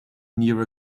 near